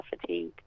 fatigue